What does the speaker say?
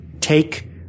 take